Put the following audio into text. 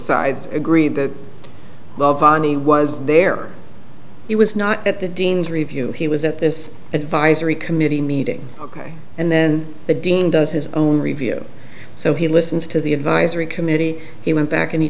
sides agree that vonnie was there he was not at the dean's review he was at this advisory committee meeting ok and then the dean does his own review so he listens to the advisory committee he went back and he